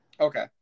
Okay